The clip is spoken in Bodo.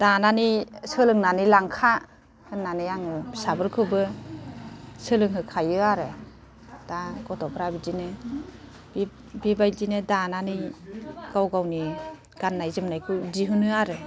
दानानै सोलोंनानै लांखा होननानै आङो फिसाफोरखौबो सोलोंहोखायो आरो दा गथ'फ्रा बिबायदिनो दानानै गाव गावनि गाननाय जोमनायखौ दिहुनो आरो